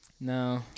No